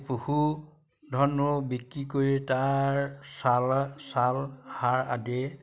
পশুধনো বিক্ৰী কৰি তাৰ ছাল ছাল সাৰ আদি